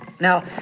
Now